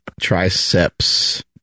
Triceps